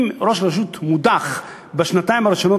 אם ראש רשות מודח בשנתיים הראשונות